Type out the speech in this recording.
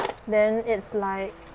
then it's like